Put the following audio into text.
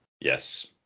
Yes